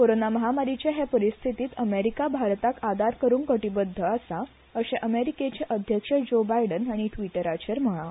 कोरोना म्हामारीचे हे परिस्थितींत अमेरिका भारताक आदार करूंक कटीबद्ध आसा अशें अमेरिकेचे अध्यक्ष ज्यो बायडेन हांणी ट्विटराचेर म्हळां